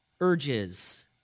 urges